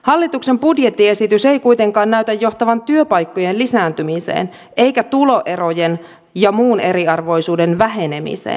hallituksen budjettiesitys ei kuitenkaan näytä johtavan työpaikkojen lisääntymiseen eikä tuloerojen ja muun eriarvoisuuden vähenemiseen